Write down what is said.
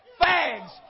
fags